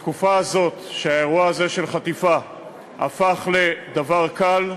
בתקופה הזאת, שהאירוע הזה של חטיפה הפך לדבר קל,